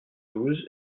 douze